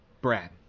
Brad